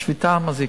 השביתה מזיקה.